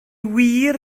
wir